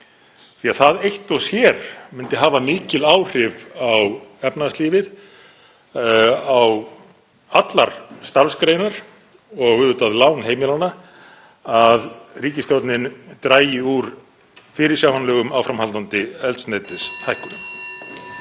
Það eitt og sér myndi hafa mikil áhrif á efnahagslífið, á allar starfsgreinar og auðvitað á lán heimilanna, þ.e. að ríkisstjórnin drægi úr fyrirsjáanlegum áframhaldandi eldsneytishækkunum.